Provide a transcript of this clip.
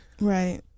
Right